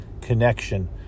connection